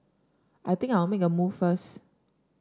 I think I'll make a move first